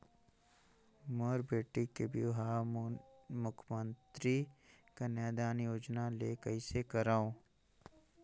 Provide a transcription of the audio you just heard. मोर बेटी के बिहाव मुख्यमंतरी कन्यादान योजना ले कइसे करव?